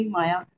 Maya